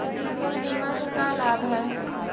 फसल बीमा से का लाभ है?